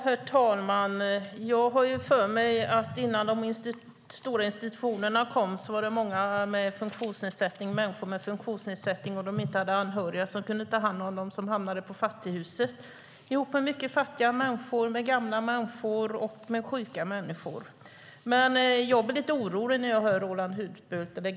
Herr talman! Jag har för mig att innan de stora institutionerna kom var det många människor med funktionsnedsättning som, om de inte hade anhöriga som kunde ta hand om dem, hamnade på fattighuset tillsammans med många fattiga människor, med gamla människor och med sjuka människor. Jag blir ganska orolig när jag hör Roland Utbult.